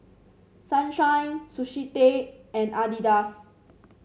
Sunshine Sushi Tei and Adidas